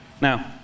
Now